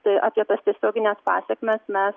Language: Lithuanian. tai apie tas tiesiogines pasekmes mes